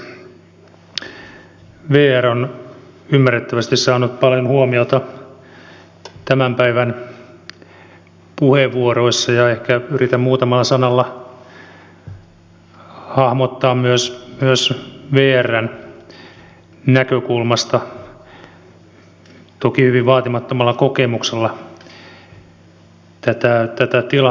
vr on ymmärrettävästi saanut paljon huomiota tämän päivän puheenvuoroissa ja ehkä yritän muutamalla sanalla hahmottaa myös vrn näkökulmasta toki hyvin vaatimattomalla kokemuksella tätä tilannetta